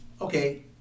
okay